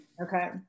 Okay